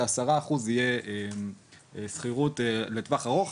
ש-10% יהיה שכירות לטווח ארוך.